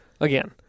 again